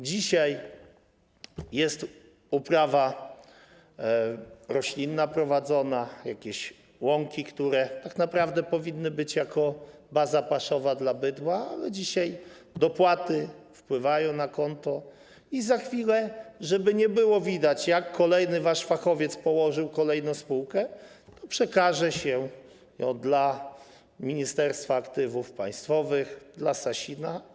Dzisiaj jest prowadzona uprawa roślinna, jakieś łąki, które tak naprawdę powinny być jako baza paszowa dla bydła, ale dzisiaj dopłaty wpływają na konto, a za chwilę, żeby nie było widać, jak wasz kolejny fachowiec położył kolejną spółkę, przekaże się ją do Ministerstwa Aktywów Państwowych, do Sasina.